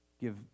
give